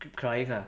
keep crying ah